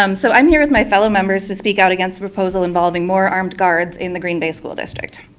um so i'm here with my fellow members to speak out against the proposal involving more armed guards in the green bay school district.